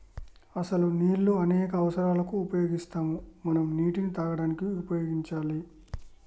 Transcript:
అసలు నీళ్ళు అనేక అవసరాలకు ఉపయోగిస్తాము మనం నీటిని తాగడానికి ఉపయోగించాలి